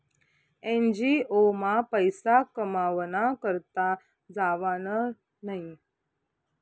NGO मा पैसा कमावाना करता जावानं न्हयी